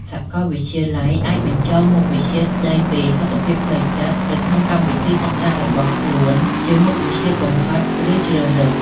សាកលវិទ្យាល័យអាចបញ្ចូលមុខវិជ្ជាស្តីពីសុខភាពផ្លូវចិត្តទៅក្នុងកម្មវិធីសិក្សារបស់ខ្លួនជាមុខវិជ្ជាកំហិតឬជ្រើសរើស។